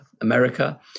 america